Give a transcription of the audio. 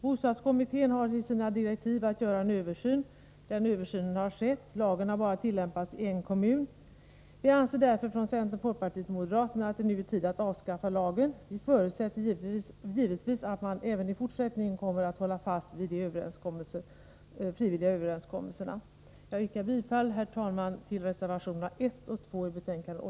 Bostadskommittén har enligt sina direktiv att göra en översyn. Denna översyn har gjorts. Lagen har bara tillämpats i en kommun. Vi anser därför från centern, folkpartiet och moderaterna att det nu är tid att avskaffa lagen. Vi förutsätter givetvis att man kommer att hålla fast vid de frivilliga överenskommelserna. Herr talman! Jag yrkar bifall till reservationerna 1 och 2.